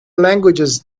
languages